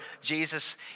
Jesus